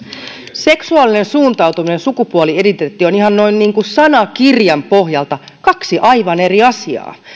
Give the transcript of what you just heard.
seksuaalinen suuntautuminen ja sukupuoli identiteetti ovat ihan sanakirjan pohjalta kaksi aivan eri asiaa